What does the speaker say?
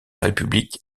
république